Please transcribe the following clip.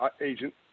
agent